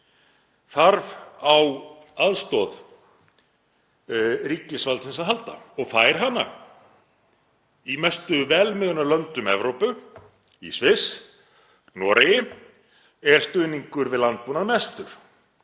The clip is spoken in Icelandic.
þarf á aðstoð ríkisvaldsins að halda og fær hana í mestu velmegunarlöndum Evrópu; í Sviss, Noregi er stuðningur við landbúnað mestur.